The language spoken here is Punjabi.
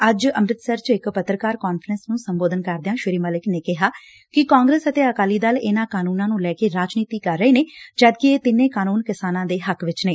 ਅੱਜ ਅੰਮਿਤਸਰ ਚ ਇਕ ਪੱਤਰਕਾਰ ਕਾਨਫਰੰਸ ਨੁੰ ਸੰਬੋਧਨ ਕਰਦਿਆ ਸ੍ਰੀ ਮਲਿਕ ਨੇ ਕਿਹਾ ਕਿ ਕਾਂਗਰਸ ਅਤੇ ਅਕਾਲੀ ਦਲ ਇਨੂਾਂ ਕਾਨੂੰਨਾਂ ਨੂੰ ਲੈ ਕੇ ਰਾਜਨੀਤੀ ਕਰ ਰਹੇ ਨੇ ਜਦਕਿ ਇਹ ਤਿੰਨੇ ਕਾਨੂੰਨ ਕਿਸਾਨਾਂ ਦੇ ਹੱਕ ਵਿਚ ਨੇ